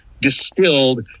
distilled